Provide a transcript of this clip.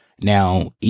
Now